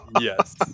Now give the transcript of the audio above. Yes